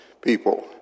people